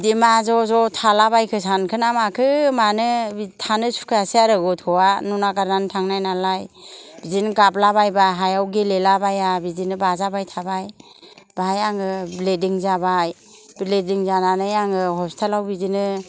बिदि मा ज'ज' थालाबायखो सानखो ना माखो मानो बिदि थानो सुखुयासै आरो गथ'आ न' नागारनानै थांनाय नालाय बिदिनो गाबला बायबाय हायाव गेलेला बाया बिदिनो बाजाबाय थाबाय बेयाव आङो ब्लिदिं जाबाय ब्लिदिं जानानै आङो हस्फिथालआव बिदिनो